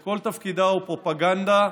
שכל תפקידה הוא פרופגנדה,